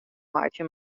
meitsje